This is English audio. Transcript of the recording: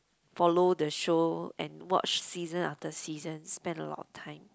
follow the show and watch season after seasons spent a lot of time